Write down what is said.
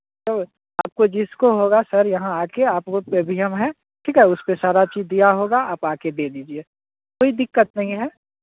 तो आपको जिसको होगा सर यहाँ आके आपको ई भी एम है ठीक है उसपे सारा चीज दिया होगा आप आके दे दीजिए कोई दिक्कत नहीं है